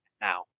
now